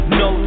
no